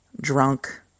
drunk